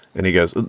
and he goes,